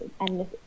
endless